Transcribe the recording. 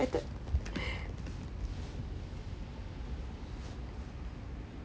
that